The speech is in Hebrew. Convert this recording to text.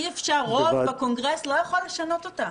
רוב בקונגרס לא יכול לשנות אותה.